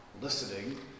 listening